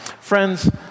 Friends